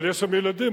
אבל יש שם ילדים,